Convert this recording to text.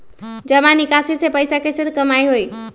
जमा निकासी से पैसा कईसे कमाई होई?